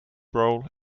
role